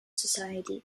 society